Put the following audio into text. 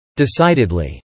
decidedly